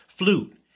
flute